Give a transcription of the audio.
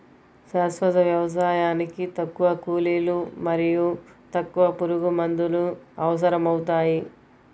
శాశ్వత వ్యవసాయానికి తక్కువ కూలీలు మరియు తక్కువ పురుగుమందులు అవసరమవుతాయి